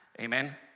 Amen